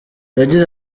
yagize